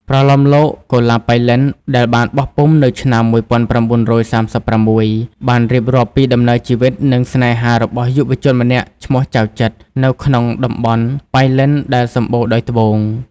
ប្រលោមលោក កុលាបប៉ៃលិន ដែលបានបោះពុម្ពនៅឆ្នាំ ១៩៣៦ បានរៀបរាប់ពីដំណើរជីវិត និងស្នេហារបស់យុវជនម្នាក់ឈ្មោះ ចៅចិត្រ នៅក្នុងតំបន់ប៉ៃលិនដែលសម្បូរដោយត្បូង។